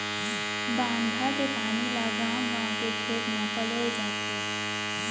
बांधा के पानी ल गाँव गाँव के खेत म पलोए जाथे